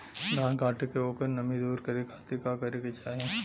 धान कांटेके ओकर नमी दूर करे खाती का करे के चाही?